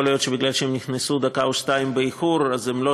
יכול להיות שמכיוון שהם נכנסו דקה או שתיים באיחור אז הם לא